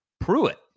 Pruitt